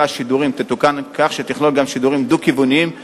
"שידורים" תתוקן כך שתכלול גם שידורים דו-כיווניים והידודיים.